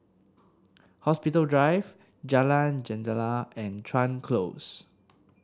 Hospital Drive Jalan Jendela and Chuan Close